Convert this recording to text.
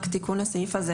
רק תיקון לסעיף הזה.